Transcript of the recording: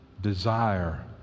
desire